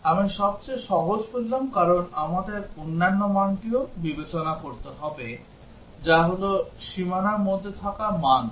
আমি সবচেয়ে সহজ বললাম কারণ আমাদের অন্যান্য মানটিও বিবেচনা করতে হবে যা হল সীমানার মধ্যে থাকা মানও